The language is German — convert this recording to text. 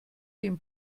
dem